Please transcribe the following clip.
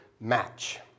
match